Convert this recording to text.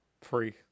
Free